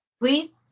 please